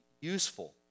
useful